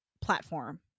platform